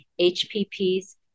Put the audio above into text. HPP's